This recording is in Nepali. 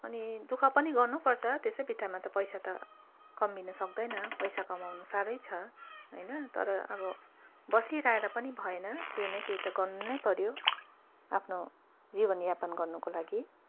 अनि दु ख पनि गर्नुपर्छ त्यसै बित्थामा त पैसा त कमाउनु सक्दैन पैसा कमाउनु साह्रै छ होइन तर अब बसी रहेर पनि भएन केही न केही त गर्नु नै पऱ्यो आफ्नो जीवनयापन गर्नुको लागि